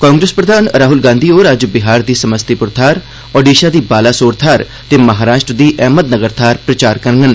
कांग्रेस प्रधान राहुल गांधी होर अज्ज बिहार दी समस्तीपुर थाह्र ओडीशा दी बालासोर थाह्र ते महाराष्ट्र दी अहमदनगर थाह्र प्रचार करङन